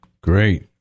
Great